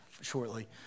shortly